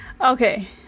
okay